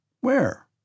Where